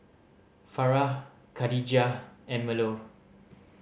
Farah Khadija and Melur